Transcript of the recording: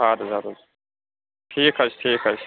اَدٕ حظ اَدٕ حظ ٹھیٖک حظ چھُ ٹھیٖک حظ چھُ